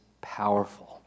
powerful